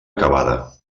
acabada